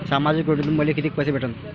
सामाजिक योजनेतून मले कितीक पैसे भेटन?